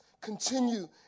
continue